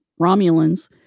Romulans